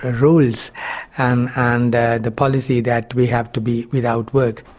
ah rules and and the policy that we have to be without work.